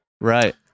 Right